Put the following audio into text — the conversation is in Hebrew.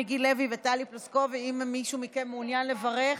מיקי לוי וטלי פלוסקוב: האם מישהו מכם מעוניין לברך?